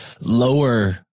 lower